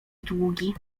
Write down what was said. długi